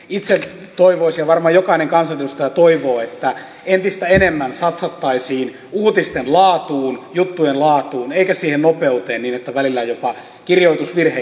itse toivoisin ja varmaan jokainen kansanedustaja toivoo että entistä enemmän satsattaisiin uutisten laatuun juttujen laatuun eikä siihen nopeuteen niin että välillä on jopa kirjoitusvirheitäkin siellä